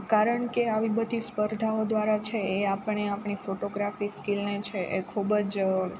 કારણ કે આવી બધી સ્પર્ધાઓ દ્વારા છે એ આપણે આપણી ફોટોગ્રાફી સ્કિલને છે એ ખૂબજ